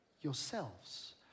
Yourselves